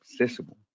accessible